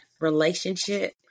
relationship